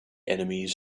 enemies